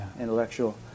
intellectual